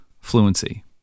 fluency